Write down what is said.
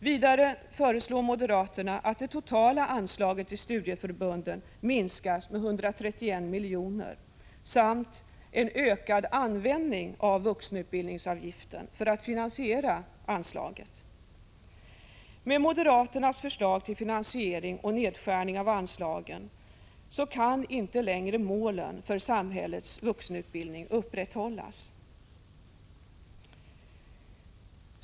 Vidare föreslår moderaterna en minskning med 131 milj.kr. av det totala anslaget till studieförbunden samt en ökad användning av vuxenutbildningsavgiften för att finansiera anslaget. Med moderaternas förslag till finansiering och nedskärning av anslagen till studieförbunden kan inte längre målen för samhällets vuxenutbildning upprätthållas.